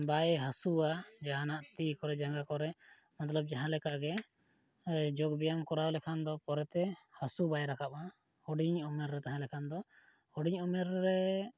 ᱵᱟᱭ ᱦᱟᱥᱩᱣᱟ ᱡᱟᱦᱱᱟᱜ ᱛᱤ ᱠᱚᱨᱮ ᱡᱟᱸᱜᱟ ᱠᱚᱨᱮ ᱢᱚᱛᱞᱚᱵ ᱡᱟᱦᱟᱸ ᱞᱮᱠᱟᱜᱮ ᱡᱳᱜᱽᱵᱮᱭᱟᱢ ᱠᱚᱨᱟᱣ ᱞᱮᱠᱷᱟᱱ ᱫᱚ ᱯᱚᱨᱮᱛᱮ ᱦᱟᱥᱩ ᱵᱟᱭ ᱨᱟᱠᱟᱵ ᱟ ᱦᱩᱰᱤᱝ ᱩᱢᱮᱨ ᱨᱮ ᱛᱟᱦᱮᱸ ᱞᱮᱠᱷᱟᱱ ᱫᱚ ᱦᱩᱰᱤᱜᱝ ᱩᱢᱮᱨ ᱨᱮ